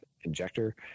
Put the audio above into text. injector